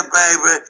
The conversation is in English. baby